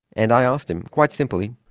and i asked him, quite simply,